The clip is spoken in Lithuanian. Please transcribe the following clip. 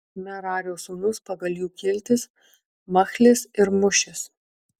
merario sūnūs pagal jų kiltis machlis ir mušis